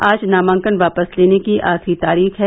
आज नामांकन वापस लेने की आखिरी तारीख है